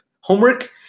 homework